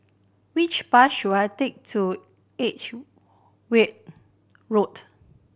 which bus should I take to Edgeware Road